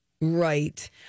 Right